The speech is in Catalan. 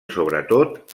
sobretot